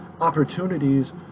opportunities